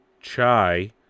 Chai